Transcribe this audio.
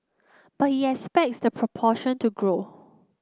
but he expects the proportion to grow